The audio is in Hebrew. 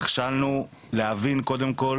נכשלנו להבין קודם כל